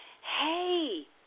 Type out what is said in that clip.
Hey